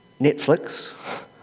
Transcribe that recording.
Netflix